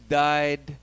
died